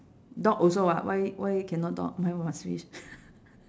dog also [what] why why cannot dog why must fish